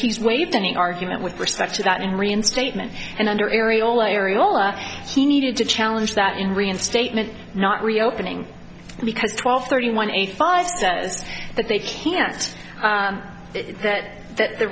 he's waived any argument with respect to that in reinstatement and under ery all areola he needed to challenge that in reinstatement not reopening because twelve thirty one eighty five says that they can't say that that the